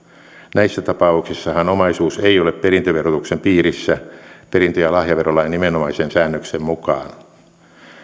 näissä tapauksissahan omaisuus ei ole perintöverotuksen piirissä perintö ja lahjaverolain nimenomaisen säännöksen mukaan